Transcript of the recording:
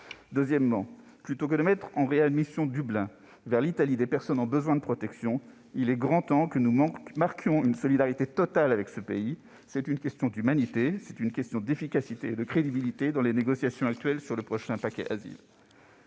décisions. Plutôt que de mettre en réadmission « Dublin » vers l'Italie des personnes en besoin de protection, il est grand temps que nous marquions notre solidarité totale avec ce pays. C'est une question d'humanité, d'efficacité et de crédibilité dans les négociations actuelles sur le prochain paquet Asile.